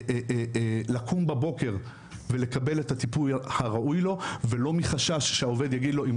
לקום בבוקר ולקבל את הטיפול הראוי לו ולא מחשש שהעובד יגיד לו שאם